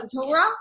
Torah